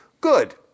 good